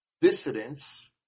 dissidents